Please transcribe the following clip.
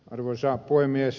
arvoisa puhemies